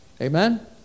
Amen